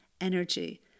energy